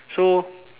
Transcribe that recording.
so